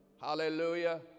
Hallelujah